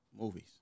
movies